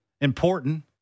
important